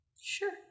Sure